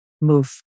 move